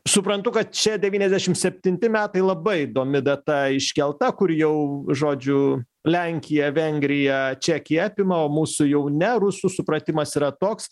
suprantu kad čia devyniasdešim septinti metai labai įdomi data iškelta kur jau žodžiu lenkija vengrija čekija apima o mūsų jau ne rusų supratimas yra toks